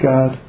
God